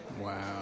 Wow